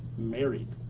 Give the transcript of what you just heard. married.